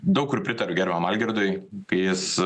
daug kur pritariu gerbiamam algirdui kai jis